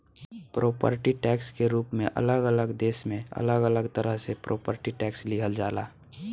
property tax के रूप में अलग अलग देश में अलग अलग तरह से प्रॉपर्टी टैक्स लिहल जाला